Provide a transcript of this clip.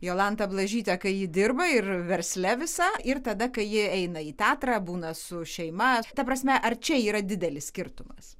jolanta blažytė kai ji dirba ir versle visa ir tada kai ji eina į teatrą būna su šeima ta prasme ar čia yra didelis skirtumas